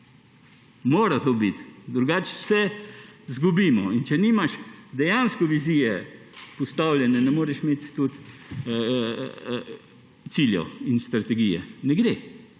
Mora to biti, drugače vse izgubimo. In če nimaš dejansko vizije postavljene, ne moreš imeti tudi ciljev in strategije. Ne gre.